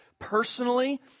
personally